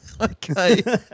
Okay